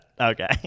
Okay